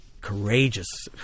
courageous